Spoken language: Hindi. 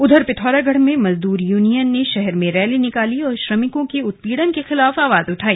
उधर पिथौरागढ़ में मजदूर यूनियन ने शहर में रैली निकाली और श्रमिकों के उत्पीड़न के खिलाफ आवाज उठाई